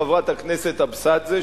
חברת הכנסת אבסדזה,